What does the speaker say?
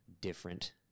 different